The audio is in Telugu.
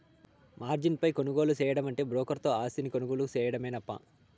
మార్జిన్ పై కొనుగోలు సేయడమంటే బ్రోకర్ తో ఆస్తిని కొనుగోలు సేయడమేనప్పా